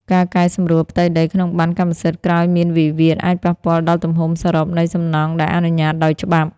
ការកែសម្រួលផ្ទៃដីក្នុងប័ណ្ណកម្មសិទ្ធិក្រោយមានវិវាទ អាចប៉ះពាល់ដល់ទំហំសរុបនៃសំណង់ដែលអនុញ្ញាតដោយច្បាប់។